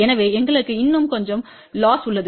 எனவே எங்களுக்கு இன்னும் கொஞ்சம் லொஸ் உள்ளது